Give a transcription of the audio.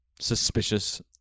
suspicious